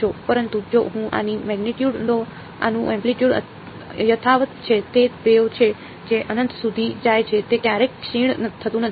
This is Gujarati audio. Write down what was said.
પરંતુ જો હું આની મેગ્નીટ્યુડ તો આનું એમ્પલિટયૂડ યથાવત છે તે વેવ છે જે અનંત સુધી જાય છે તે ક્યારેય ક્ષીણ થતું નથી